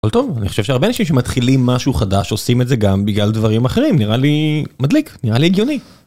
אני חושב שהרבה אנשים שמתחילים משהו חדש עושים את זה גם בגלל דברים אחרים נראה לי מדליק נראה לי הגיוני.